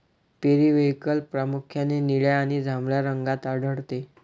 periwinkle प्रामुख्याने निळ्या आणि जांभळ्या रंगात आढळते